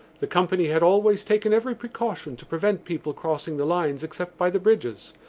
the company had always taken every precaution to prevent people crossing the lines except by the bridges,